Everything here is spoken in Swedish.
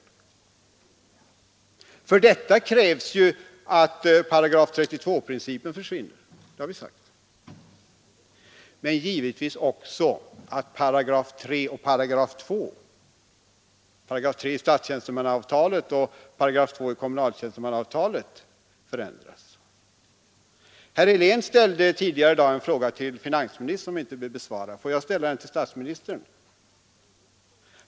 För detta krävs att § 32-principen försvinner — det har vi sagt — men givetvis också att 3 § i statstjänstemannalagen och 2§ i kommunaltjänstemannalagen förändras. Herr Helén ställde tidigare i dag en fråga till finansministern som inte blev besvarad. Får jag ställa den till statsministern?